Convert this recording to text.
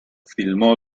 filmó